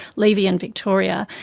levy and victoria,